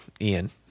Ian